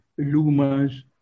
lumas